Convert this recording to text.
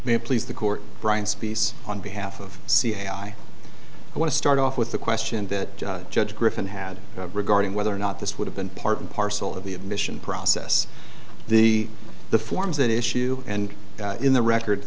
please the court brian speace on behalf of ca i want to start off with the question that judge griffin had regarding whether or not this would have been part and parcel of the admission process the the forms that issue and in the record